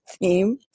theme